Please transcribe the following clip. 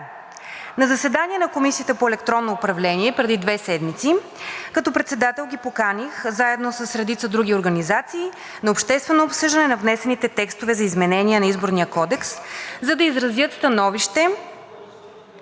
На заседание на Комисията по електронно управление преди две седмици като председател ги поканих заедно с редица други организации на обществено обсъждане на внесените текстове за изменение на Изборния кодекс, за да изразят становище